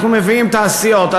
אנחנו מביאים תעשיות,